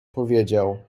powiedział